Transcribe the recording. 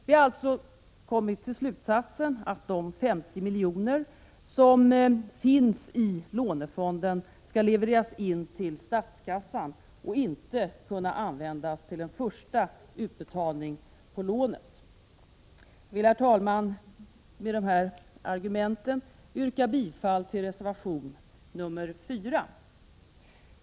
Vi har alltså kommit till slutsatsen att de 50 milj.kr. som finns i lånefonden skall levereras in till statskassan och inte kunna användas som en första utbetalning på lånet. Herr talman! Med dessa argument yrkar jag bifall till reservation 4.